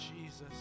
Jesus